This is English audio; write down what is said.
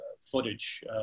footage